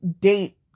date